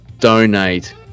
donate